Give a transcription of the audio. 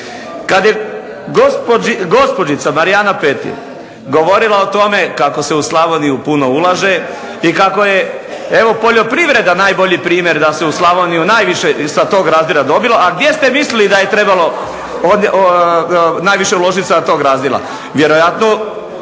Kad je gospođica Marijana Petir govorila o tome kako se u Slavoniju puno ulaže i kako je poljoprivreda najbolji primjer da se u Slavoniju najviše i sa tog …/Govornik se ne razumije./… dobilo, a gdje ste mislili da je trebalo najviše uložit sa tog razdjela.